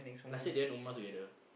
last year they went umrah together